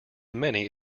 many